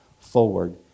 forward